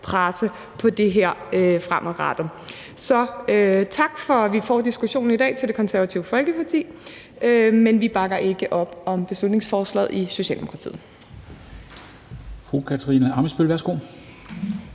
presse på for det her fremadrettet. Så tak for, at vi får diskussionen i dag, til Det Konservative Folkeparti, men vi bakker ikke op om beslutningsforslaget i Socialdemokratiet.